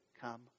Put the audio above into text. come